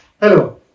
Hello